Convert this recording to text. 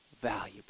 valuable